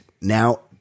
Now